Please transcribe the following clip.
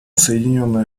соединенные